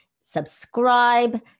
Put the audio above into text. Subscribe